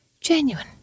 Genuine